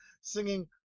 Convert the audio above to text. singing